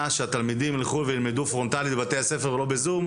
שהתלמידים יילכו וילמדו פרונטלית בבתי הספר ולא בזום,